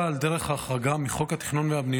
על דרך ההחרגה מחוק התכנון והבנייה,